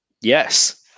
Yes